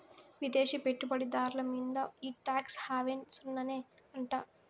విదేశీ పెట్టుబడి దార్ల మీంద ఈ టాక్స్ హావెన్ సున్ననే అంట